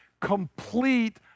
complete